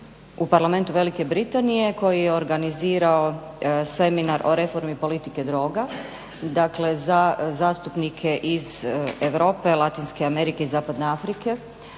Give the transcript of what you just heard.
u parlamentu Velike Britanije koji je organizirao Seminar o reformi politika droga za zastupnike iz Europe, Latinske Amerike i Zapadne Afrike